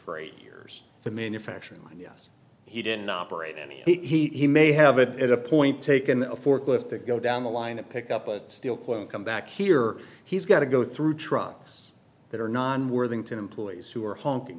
for eight years the manufacturing line yes he didn't operate any he may have it at a point taken a forklift to go down the line and pick up a steel quote and come back here he's got to go through trucks that are non worthington employees who are honking